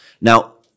Now